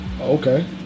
okay